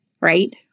right